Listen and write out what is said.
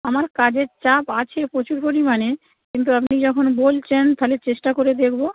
আমার কাজের চাপ আছে প্রচুর পরিমাণে কিন্তু আপনি যখন বলছেন তাহলে চেষ্টা করে দেখবো